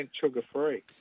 sugar-free